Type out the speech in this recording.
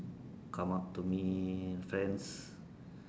come out to meet friends